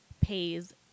pays